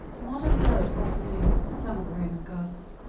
a modern poet thus alludes to some of the roman gods